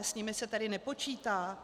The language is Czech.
S nimi se tedy nepočítá?